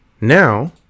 Now